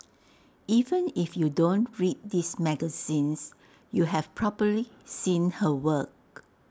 even if you don't read these magazines you've probably seen her work